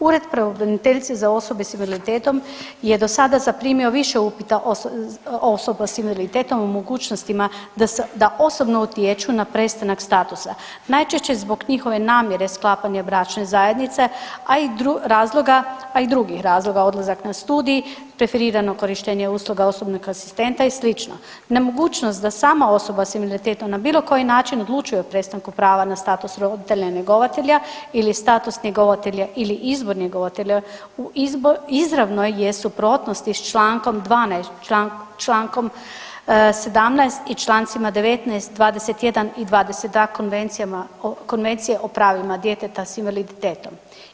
Ured pravobraniteljice za osobe sa invaliditetom je do sada zaprimio više upita osoba sa invaliditetom o mogućnostima da osobno utječu na prestanak statusa najčešće zbog njihove namjere sklapanja bračne zajednice, a i drugih razloga odlazak na studij, preferirano korištenje usluga osobnog asistenta i sl., nemogućnost da sama osoba s invaliditetom na bilo koji način odlučuje o prestanku prava na status roditelja njegovatelja ili status njegovatelja ili ... njegovatelja u izravnoj je suprotnosti s čl. 12, čl. 17 i čl. 19, 21 i 22 Konvencije o pravima djeteta s invaliditetom.